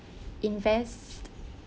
invest